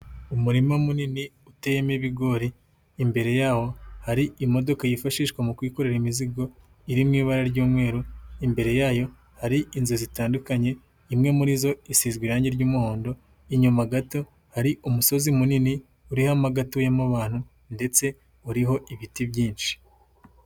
Umurima munini utemo ibigori, imbere yawo hari imodoka yifashishwa mu kwikorera imizigo iri mu ibara ry'umweru, imbere yayo hari inzu zitandukanye imwe muri zo isizezwe irangi ry'umuhondo, inyuma gato hari umusozi munini uriho amageto atuyemo abantu ndetse uriho ibiti byinshi.